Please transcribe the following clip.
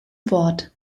wort